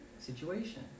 situation